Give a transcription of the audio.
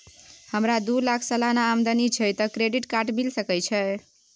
हमरा दू लाख सालाना आमदनी छै त क्रेडिट कार्ड मिल सके छै?